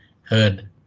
heard